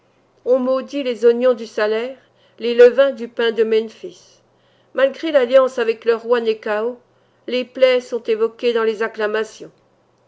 on maudit les oignons du salaire les levains du pain de memphis malgré l'alliance avec le roi nëchao les plaies sont évoquées dans les acclamations